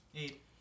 eight